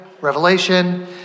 Revelation